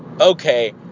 Okay